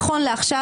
נכון לעכשיו,